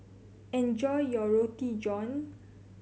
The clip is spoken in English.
enjoy your Roti John